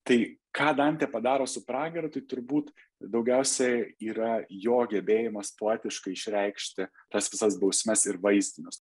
tai ką dantė padaro su pragaru tai turbūt daugiausiai yra jo gebėjimas poetiškai išreikšti tas visas bausmes ir vaizdinius